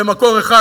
במקום אחד,